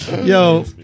Yo